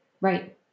right